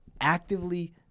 actively